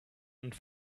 und